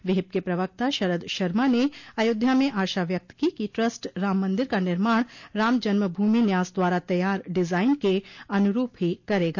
विहिप के प्रवक्ता शरद शर्मा ने अयोध्या में आशा व्यक्त की कि ट्रस्ट राम मंदिर का निर्माण राम जन्म भूमि न्यास द्वारा तैयार डिजाइन के अनरूप ही करेगा